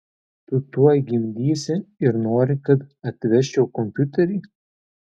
tu tuoj gimdysi ir nori kad atvežčiau kompiuterį